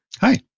Hi